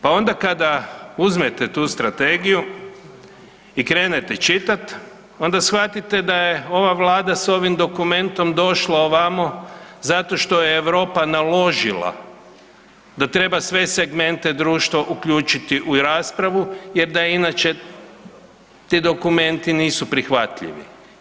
Pa onda kada uzmete tu strategiju i krenete čitati onda shvatite da je ova Vlada s ovim dokumentom došla ovamo zato što je Europa naložila da treba sve segmente društva uključiti u raspravu, jer da inače ti dokumenti nisu prihvatljivi.